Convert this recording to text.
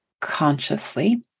consciously